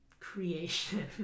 creation